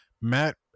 Matt